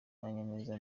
umwanya